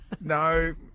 No